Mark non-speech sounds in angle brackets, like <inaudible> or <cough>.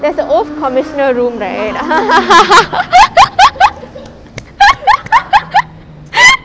that's a oath commissioner room there <laughs>